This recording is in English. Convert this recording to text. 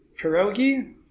Pierogi